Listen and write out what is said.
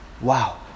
Wow